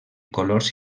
colors